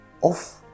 off